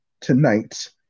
Tonight